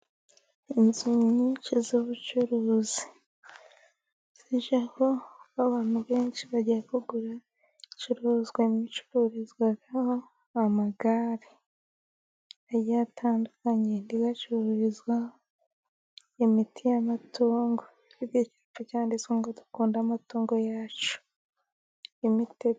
Inzu nyinshi z'ubucuruzi, zijyaho abantu benshi bagiye kugura ibicuruzwa, imwe icururizwaho amagare agiye atandukanye, indi igacururizwa imiti y'amatungo, ifite icyapa cyanditsweho ngo dukunde amatungo yacu.